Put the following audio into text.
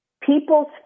people's